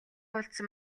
уулзсан